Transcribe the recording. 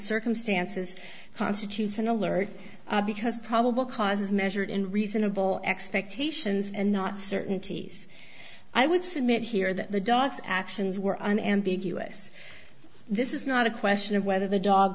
circumstances constitutes an alert because probable cause is measured in reasonable expectations and not certainties i would submit here that the dogs actions were an ambiguous this is not a question of whether the dog